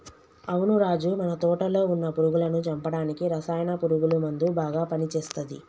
అవును రాజు మన తోటలో వున్న పురుగులను చంపడానికి రసాయన పురుగుల మందు బాగా పని చేస్తది